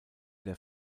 der